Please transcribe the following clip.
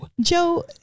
Joe